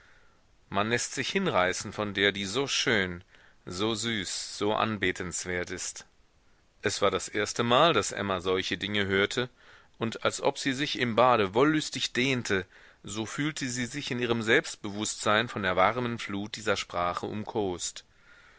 man läßt sich hinreißen von der die so schön so süß so anbetenswert ist es war das erstemal daß emma solche dinge hörte und als ob sie sich im bade wollüstig dehnte so fühlte sie sich in ihrem selbstbewußtsein von der warmen flut dieser sprache umkost